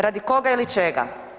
Radi koga ili čega?